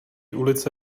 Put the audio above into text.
ulice